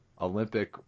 Olympic